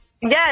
Yes